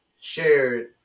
shared